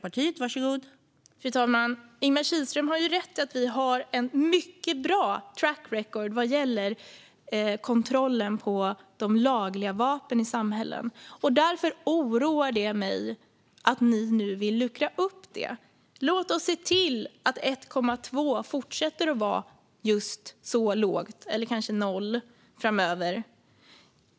Fru talman! Ingemar Kihlström har rätt i att vi har ett mycket bra track record vad gäller kontrollen av de lagliga vapnen i samhället. Därför oroar det nu mig att ni vill luckra upp det. Låt oss se till att siffran 1,2 fortsätter att vara så låg eller kanske noll framöver.